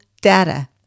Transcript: data